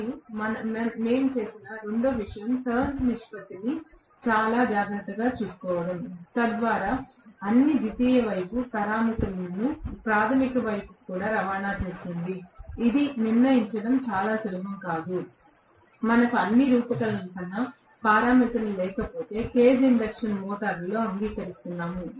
మరియు మేము చేసిన రెండవ విషయం టర్న్స్ నిష్పత్తిని జాగ్రత్తగా చూసుకోవడం ద్వారా అన్ని ద్వితీయ వైపు పారామితులను ప్రాధమిక వైపుకు రవాణా చేస్తుంది ఇది నిర్ణయించడం చాలా సులభం కాదు మనకు అన్ని రూపకల్పన పారామితులు లేకపోతే కేజ్ ఇండక్షన్ మోటారులో అంగీకరిస్తున్నాను